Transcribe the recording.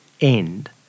end